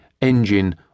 engine